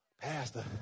Pastor